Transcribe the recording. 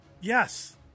yes